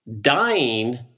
dying